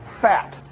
fat